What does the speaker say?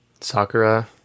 sakura